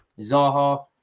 zaha